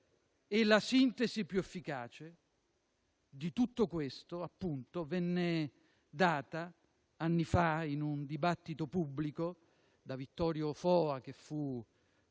La sintesi più efficace di tutto questo venne data, appunto, anni fa in un dibattito pubblico da Vittorio Foa, che fu